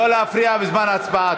לא להפריע בזמן ההצבעה.